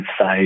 say